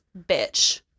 bitch